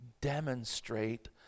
demonstrate